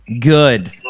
good